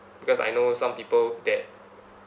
because I know some people that